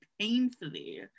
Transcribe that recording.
painfully